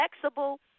flexible